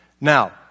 Now